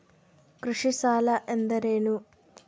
ಕೃಷಿ ಸಾಲ ಅಂದರೇನು?